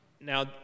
Now